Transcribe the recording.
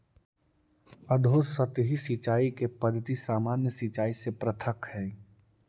अधोसतही सिंचाई के पद्धति सामान्य सिंचाई से पृथक हइ